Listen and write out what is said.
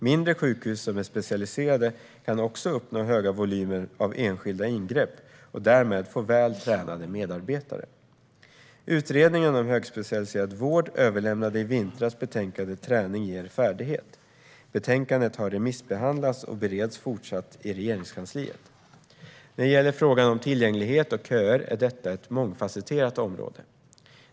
Mindre sjukhus som är specialiserade kan också uppnå höga volymer av enskilda ingrepp, och därmed få väl tränade medarbetare. Utredningen om högspecialiserad vård överlämnade i vintras betänkandet Träning ger färdighet . Betänkandet har remissbehandlats och bereds fortsatt i Regeringskansliet. När det gäller frågan om tillgänglighet och köer är detta ett mångfasetterat område.